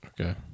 Okay